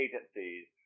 agencies